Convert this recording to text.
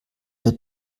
der